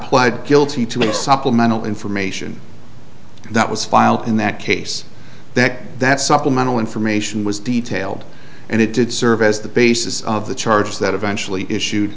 pled guilty to a supplemental information that was filed in that case that that supplemental information was detailed and it did serve as the basis of the charges that eventually issued